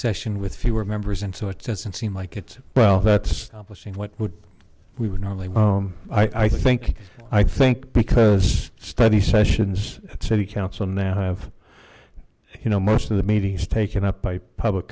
session with fewer members and so it doesn't seem like it's well that's what would we would normally i think i think because study sessions at city council now have you know most of the meeting is taken up by public